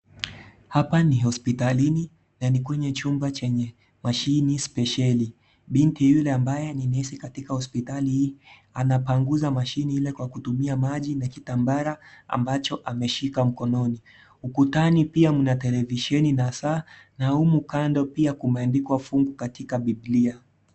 Hapa ni hospitalini nani kwenye chumba chenye machine spesheli. Binti yule ambaye ni nesi katika hospitali hii anapanguza machine ile kwa kutumia maji na kitambara ambacho ameshika mkononi. Ukutani pia mna televisheni na saa na humu kando pia kumeandikwa fungu katika bibilia.